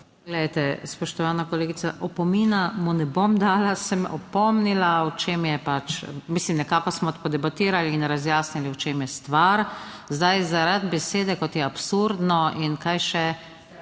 Glejte, spoštovana kolegica, opomina mu ne bom dala, sem opomnila v čem je pač, mislim nekako smo debatirali in razjasnili o čem je stvar. Zdaj, zaradi besede, kot je absurdno in kaj še